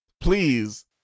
Please